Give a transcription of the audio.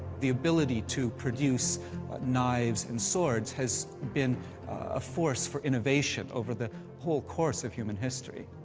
the ability to produce knives and swords has been a force for innovation over the whole course of human history.